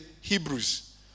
Hebrews